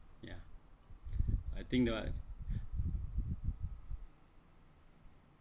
ya I think uh